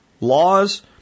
Laws